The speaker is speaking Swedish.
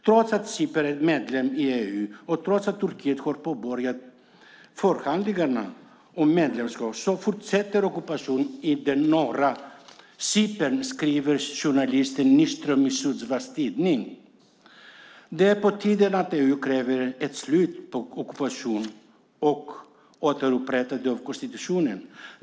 Trots att Cypern är medlem i EU och trots att Turkiet har påbörjat förhandlingarna om medlemskap fortsätter ockupationen av norra Cypern, skriver journalisten Nyström i Sundsvalls Tidning. Det är på tiden att EU kräver ett slut på ockupationen och ett återupprättande av konstitutionen.